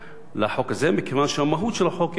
לחוק הזה, מכיוון שהמהות של החוק היא אותו דבר.